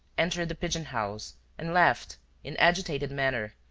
entered the pigeon-house and left in agitated manner,